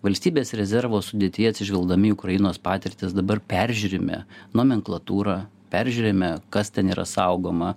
valstybės rezervo sudėtyje atsižvelgdami į ukrainos patirtis dabar peržiūrime nomenklatūrą peržiūrime kas ten yra saugoma